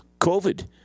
covid